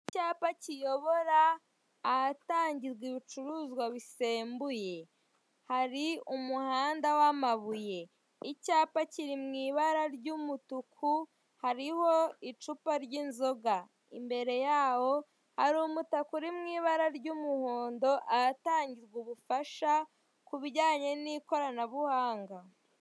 Icyapa kiyobora ahatangirwa ibicuruzwa bisembuye hari umuhanda wamabuye icyapa kiri mw'ibara ry'umutuku hariho icupa ry'inzoga, imbere yaho hari umutaka uri mw'ibara ry'umuhondo ahatangirwa ubufasha kubijyanye n'ikoranabuhanga.